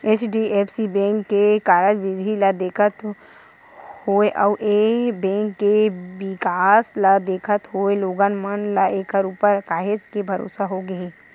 HDFC bank के कारज बिधि ल देखत होय अउ ए बेंक के बिकास ल देखत होय लोगन मन ल ऐखर ऊपर काहेच के भरोसा होगे हे